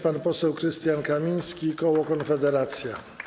Pan poseł Krystian Kamiński, koło Konfederacja.